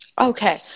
Okay